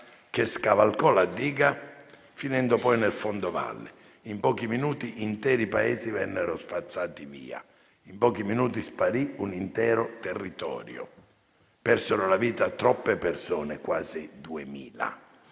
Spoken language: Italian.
che scavalcò la diga, finendo poi nel fondovalle. In pochi minuti interi paesi vennero spazzati via. In pochi minuti sparì un intero territorio. Persero la vita troppe persone: quasi 2.000.